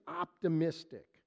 optimistic